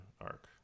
arc